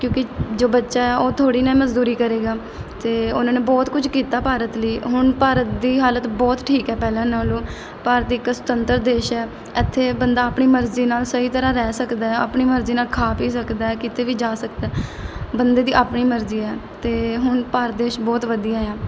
ਕਿਉਂਕਿ ਜੋ ਬੱਚਾ ਹੈ ਉਹ ਥੋੜ੍ਹੀ ਨਾ ਮਜ਼ਦੂਰੀ ਕਰੇਗਾ ਅਤੇ ਉਹਨਾਂ ਨੇ ਬਹੁਤ ਕੁਝ ਕੀਤਾ ਭਾਰਤ ਲਈ ਹੁਣ ਭਾਰਤ ਦੀ ਹਾਲਤ ਬਹੁਤ ਠੀਕ ਹੈ ਪਹਿਲਾਂ ਨਾਲੋਂ ਭਾਰਤ ਇੱਕ ਸੁਤੰਤਰ ਦੇਸ਼ ਹੈ ਇੱਥੇ ਬੰਦਾ ਆਪਣੀ ਮਰਜ਼ੀ ਨਾਲ ਸਹੀ ਤਰ੍ਹਾਂ ਰਹਿ ਸਕਦਾ ਆਪਣੀ ਮਰਜ਼ੀ ਨਾਲ ਖਾ ਪੀ ਸਕਦਾ ਕਿਤੇ ਵੀ ਜਾ ਸਕਦਾ ਬੰਦੇ ਦੀ ਆਪਣੀ ਮਰਜ਼ੀ ਹੈ ਅਤੇ ਹੁਣ ਭਾਰਤ ਦੇਸ਼ ਬਹੁਤ ਵਧੀਆ ਹੈ